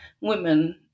women